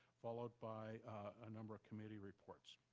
followed by a number of committee reports.